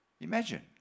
Imagine